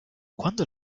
quando